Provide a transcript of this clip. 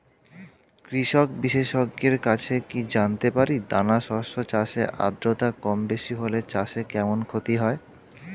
কৃষক বিশেষজ্ঞের কাছে কি জানতে পারি দানা শস্য চাষে আদ্রতা কমবেশি হলে চাষে কেমন ক্ষতি হয়?